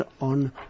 on